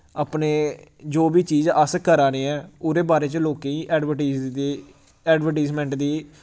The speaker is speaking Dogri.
अपने जो बी चीज अस करा ने ऐ ओह्दे बारे च लोकें ई एडवरटीज दी एडवरटीजमैंट दी